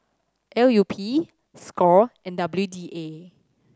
L U P score and W D A